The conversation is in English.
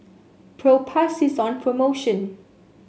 Propass is on promotion